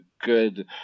good